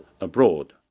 abroad